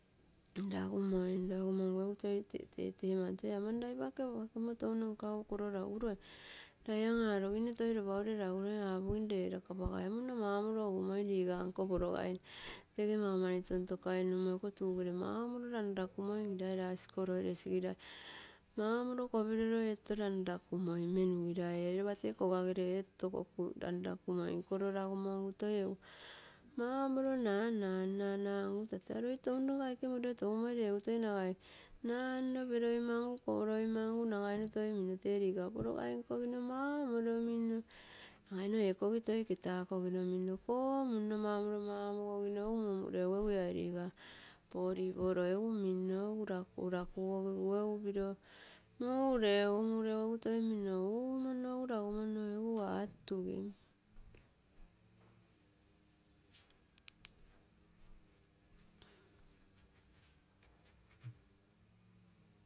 Ragumoim, ragumoim egu toi tetemam, toiamam lai pake apaapakemmo tou nkagu kolo raguroim lai amm aroginne toi lopa nkagu kolo raguroim apogim lei lakapagaimun no mau moliro uumoim liga nko poro gai tege maumani tontokainummo tege iko tuere mau moliro ranrakumoim, egirai rasi kolo eresigai mau moliro kopilopo ee toto ranrakumoim menugirai lopate kogagele ee toto koku ranrakumoim kolo ragumongu egu toi mau moliro nanam, nanamgu tata loi tounoke moliro togu moi, lee tata toi nagai namno. Peloimangu kolo imanno egu toi tee liga poro gai nkogigo mau moliro ninno nagai toi ee kogi ketakogino toi ninno mau moro komunno mamogogim, egu mumureugu lai liga valleybau nino egu rakurakugogigu, egu piro mureui, mureu gutoi minno umonno egu ragumonno egu toi mau maliro atugiim.